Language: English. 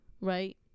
right